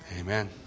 Amen